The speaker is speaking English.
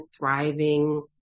thriving